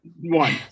one